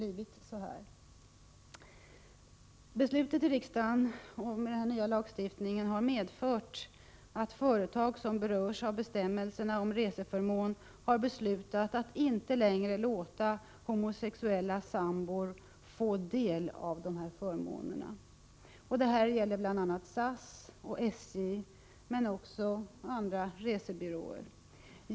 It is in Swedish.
Riksdagens beslut om denna nya lagstiftning har medfört att företag som berörs av bestämmelserna om reseförmån har beslutat att inte längre låta homosexuella sambor få del av dessa förmåner. Det gäller bl.a. SAS och SJ, 47 men också andra resebyråer.